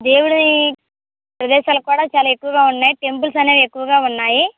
దేవుడివి ప్రదేశాలు కూడా చాలా ఎక్కువగా ఉన్నాయి టెంపుల్స్ అనేవి ఎక్కువగా ఉన్నాయి